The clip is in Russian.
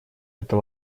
это